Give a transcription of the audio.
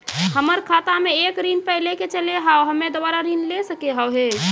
हमर खाता मे एक ऋण पहले के चले हाव हम्मे दोबारा ऋण ले सके हाव हे?